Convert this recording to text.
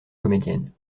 comédienne